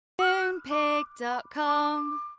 Moonpig.com